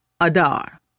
Adar